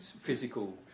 physical